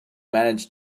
manage